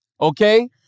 Okay